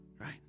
right